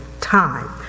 time